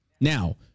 Now